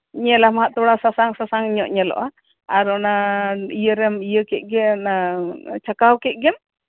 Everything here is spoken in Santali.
ᱧᱮᱞ ᱟᱢ ᱦᱟᱜ ᱛᱷᱚᱲᱟ ᱥᱟᱥᱟᱝ ᱧᱚᱜ ᱧᱮᱞᱚᱜᱼᱟ ᱟᱨ ᱚᱱᱟ ᱨᱮᱢ ᱤᱭᱟᱹ ᱤᱭᱟᱹ ᱠᱮᱫ ᱜᱮ ᱚᱱᱟᱢ ᱪᱷᱟᱠᱟᱣ ᱠᱮᱜ ᱜᱮᱢ